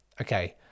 okay